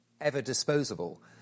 ever-disposable